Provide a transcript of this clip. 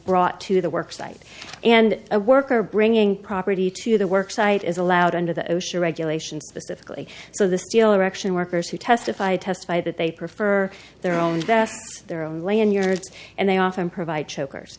brought to the work site and a worker bringing property to the work site is allowed under the osha regulations specifically so the steel rection workers who testify testify that they prefer their own their own land yours and they often provide chokers